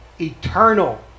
eternal